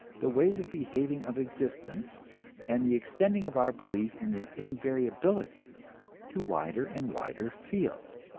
the ways of behaving of existence and the extending of our belief in their invariability to wider and wider fields.